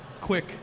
quick